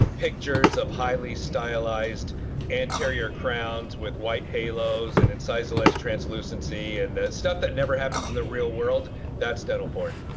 pictures of highly stylized anterior crowns with white halos and incisal edge translucency and the stuff that never happens in the real world that's dental porn.